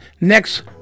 next